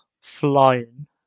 flying